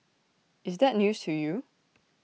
is that news to you